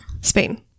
Spain